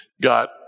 got